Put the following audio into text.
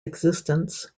existence